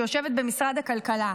שיושבת במשרד הכלכלה,